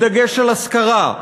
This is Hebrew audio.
בדגש של השכרה.